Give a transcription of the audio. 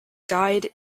died